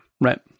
Right